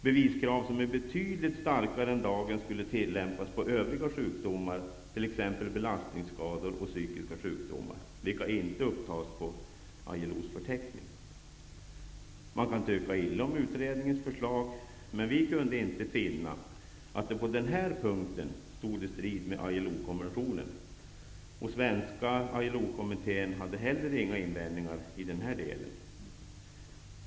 Beviskrav som är betydligt starkare än dagens, skulle tillämpas på övriga sjukdomar, t.ex. belastningsskador och psykiska sjukdomar, vilka inte upptas på ILO:s förteckning. Man kan tycka illa om utredningens förslag, men vi kunde inte finna att det på denna punkt stod i strid med ILO-konventionen. Svenska ILO-kommittén hade inte heller några invändningar i den delen.